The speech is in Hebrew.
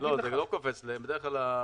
זה לא קופץ להם.